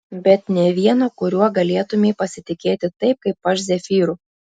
bet nė vieno kuriuo galėtumei pasitikėti taip kaip aš zefyru